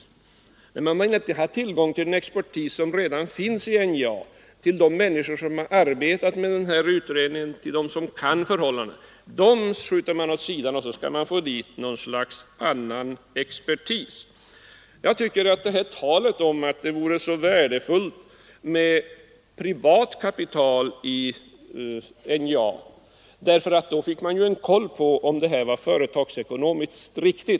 Man behöver tydligen inte ha tillgång till den expertis som redan finns i NJA, till de människor som har arbetat med denna utredning, till alla dem som kan dessa förhållanden! Alla dessa experter vill moderaterna tydligen skjuta åt sidan och i stället sätta in någon sorts annan expertis. Det talas om att det vore så värdefullt med privat kapital i NJA för att man därigenom skulle få en koll på att satsningen är företagsekonomiskt riktig.